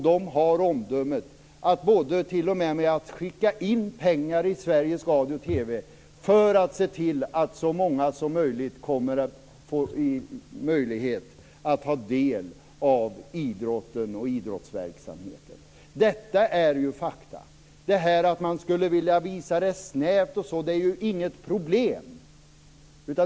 Den har omdömet att t.o.m. skicka in pengar i Sveriges radio och TV för att se till att så många som möjligt kommer att få chansen att ta del av idrotten och idrottsverksamheten. Detta är ju fakta. Det här med att man skulle vilja visa det snävt och så är inget problem.